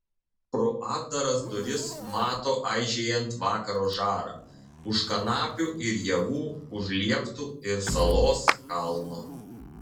pro atdaras duris mato aižėjant vakaro žarą už kanapių ir javų už lieptų ir salos kalno